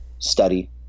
study